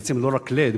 בעצם לא רק LED,